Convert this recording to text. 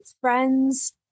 friends